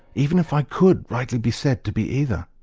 even if i could rightly be said to be either,